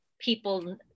people